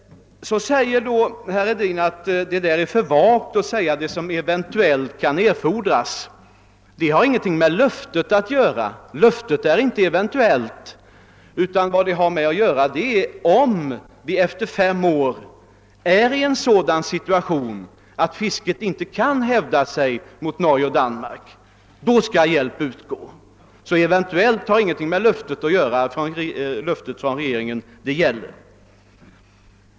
Herr Hedin sade att det är för vagt att säga vad som »eventuellt« kan erfordras. Det har ingenting med löftet att göra, ty löftet är inte eventuellt. Frågan är om vi efter fem år befinner oss i en sådan situation att fisket inte kan hävda sig mot det danska och norska. I så fall skall hjälp utgå. Så >eventuellt> har ingenting med regeringens löfte att göra.